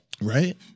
Right